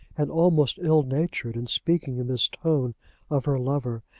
and almost ill-natured, in speaking in this tone of her lover,